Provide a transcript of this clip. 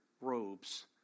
robes